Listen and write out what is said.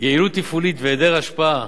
יעילות תפעולית והיעדר השפעה